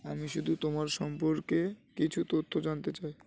আমি শুধু তোমার সম্পর্কে কিছু তথ্য জানতে চাই